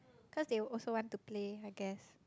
cause they also want to play I guess